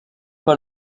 pas